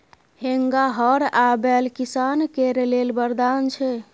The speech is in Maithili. हेंगा, हर आ बैल किसान केर लेल बरदान छै